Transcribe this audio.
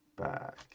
back